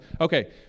Okay